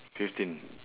fifteen